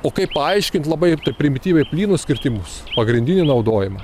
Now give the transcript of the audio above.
o kaip paaiškint labai taip primityviai plynūs kirtimus pagrindinį naudojimą